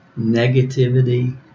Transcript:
negativity